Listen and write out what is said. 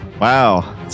Wow